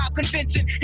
convention